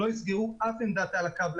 לא יסגרו אף עמדת על הקו,